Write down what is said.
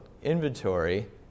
inventory